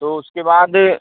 तो उसके बाद